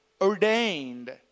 ordained